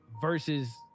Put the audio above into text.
versus